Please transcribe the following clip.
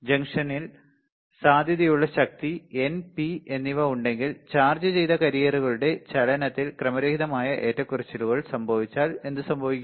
ജംഗ്ഷനിൽ സാധ്യതയുള്ള ശക്തി എൻ പി എന്നിവ ഉണ്ടെങ്കിൽ ചാർജ് ചെയ്ത കാരിയറുകളുടെ ചലനത്തിൽ ക്രമരഹിതമായ ഏറ്റക്കുറച്ചിലുകൾ സംഭവിച്ചാൽ എന്ത് സംഭവിക്കും